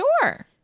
Sure